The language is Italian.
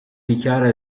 dichiara